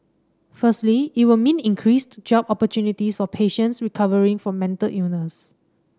firstly it will mean increased job opportunities for patients recovering from mental illness